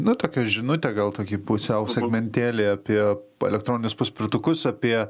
na tokią žinutę gal tokį pusiau segmentėlį apie elektroninius paspirtukus apie